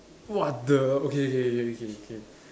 what the okay okay okay okay okay